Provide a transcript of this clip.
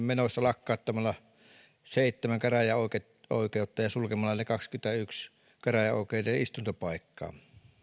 menoissa lakkauttamalla seitsemän käräjäoikeutta ja sulkemalla kahdenkymmenenyhden käräjäoikeuden istuntopaikkaa